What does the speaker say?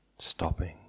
Stopping